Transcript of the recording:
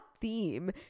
theme